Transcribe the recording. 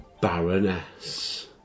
baroness